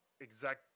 exact